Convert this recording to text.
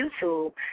YouTube